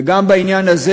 וגם בעניין הזה,